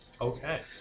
Okay